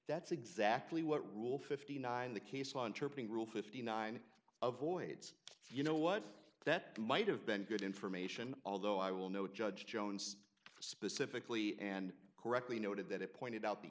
that's exactly what rule fifty nine the case on tripping rule fifty nine of voids you know what that might have been good information although i will know judge jones specifically and correctly noted that it pointed out the